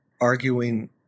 arguing